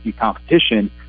competition